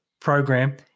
program